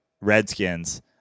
Redskins